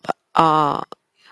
but ah